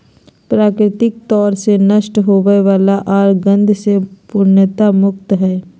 प्राकृतिक तौर से नष्ट होवय वला आर गंध से पूर्णतया मुक्त हइ